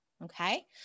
Okay